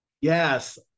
Yes